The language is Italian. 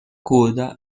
coda